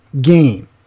game